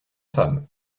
femmes